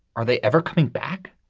are they ever coming back?